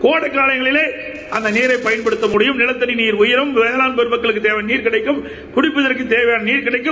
கோடைக்காலத்திலே அந்த நீரைப் பயன்படுத்த முடியும் நிலத்தடி நீர் உயரும் வேளாண் பெருமக்குளத்துத் தேவையான நீர் கிடைக்கும் குடிப்பதற்குத் தேவையான நீர் கிடைக்கும்